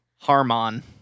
Harmon